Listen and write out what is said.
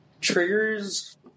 triggers